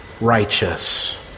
righteous